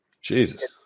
Jesus